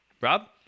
Rob